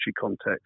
context